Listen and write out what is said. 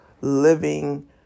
living